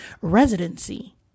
residency